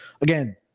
again